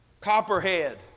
Copperhead